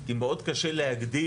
כי מאוד קשה להגדיר,